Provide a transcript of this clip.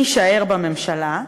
מי יישאר בממשלה,